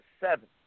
seven